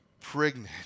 pregnant